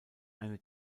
eine